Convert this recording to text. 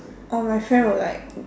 or my friend will like